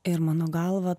ir mano galva